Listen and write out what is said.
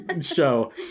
show